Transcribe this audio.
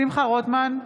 שמחה רוטמן,